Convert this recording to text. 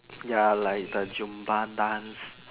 ya like the jumbo dance